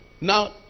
Now